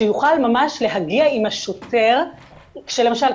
שיוכל ממש להגיע עם השוטר כשלמשל,